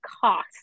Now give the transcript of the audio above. cost